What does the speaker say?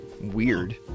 weird